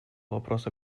вопрос